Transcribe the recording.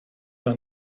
doch